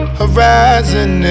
horizon